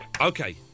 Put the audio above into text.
Okay